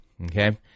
okay